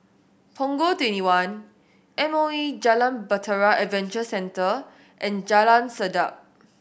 Punggol Twenty one M O E Jalan Bahtera Adventure Centre and Jalan Sedap